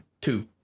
two